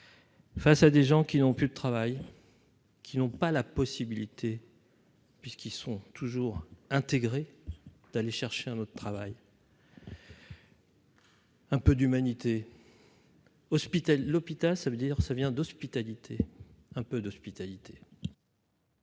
Face à des gens qui n'ont plus de travail. Qui n'ont pas la possibilité. Puisqu'ils sont toujours intégrés, d'aller chercher un autre travail. Un peu d'humanité. Hospital, l'hôpital, ça veut dire, ça vient d'hospitalité, un peu d'hospitalité.